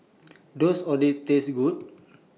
Does Oden Taste Good